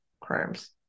crimes